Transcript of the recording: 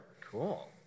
Cool